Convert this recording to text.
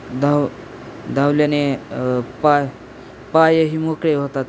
धाव धावल्याने पाय पायही मोकळे होतात